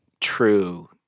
true